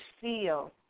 feel